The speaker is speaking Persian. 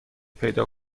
پیدا